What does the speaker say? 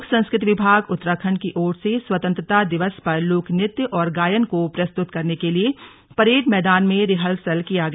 लोक संस्कृति विभाग उत्तराखंड की ओर से स्वतंत्रता दिवस पर लोकनृत्य और गायन को प्रस्तुत करने के लिए परेड मैदान में रिहर्सल किया गया